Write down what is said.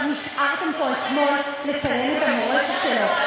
נשארתן פה אתמול לציין את המורשת שלו,